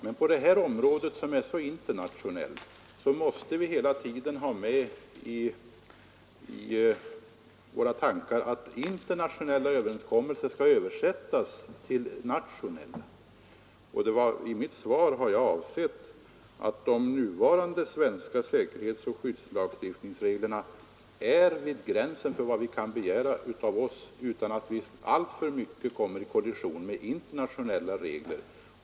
Men på detta område, som är så internationellt, måste vi hela tiden ha i våra tankar att internationella överenskommelser måste översättas till nationella. I mitt svar har jag ansett att de nuvarande svenska säkerhetsoch skyddslagstiftningsreglerna ligger vid gränsen för vad som kan begäras av oss utan att vi alltför mycket kommer i kollision med internationella regler.